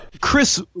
Chris